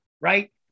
right